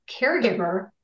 caregiver